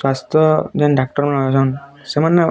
ସ୍ୱାସ୍ଥ୍ୟ ଯେନ୍ ଡ଼ାକ୍ତରମାନେ ଆଉଛନ୍ ସେମାନେ